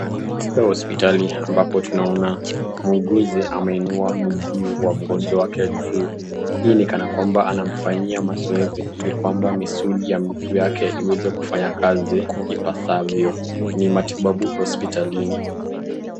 Katika hospitali ambapo tunaona muuguzi ameinua mguu wa mgonjwa wake juu, hii ni kana kwamba anamfanyia mazoezi ili kwamba misuri ya miguu yake iweze kufanya kazi ipasavyo. Ni matibabu hospitalini.